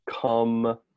come